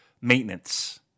maintenance